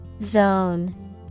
Zone